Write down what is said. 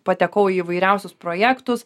patekau į įvairiausius projektus